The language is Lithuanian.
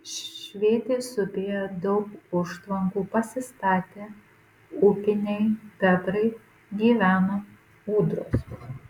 švėtės upėje daug užtvankų pasistatę upiniai bebrai gyvena ūdros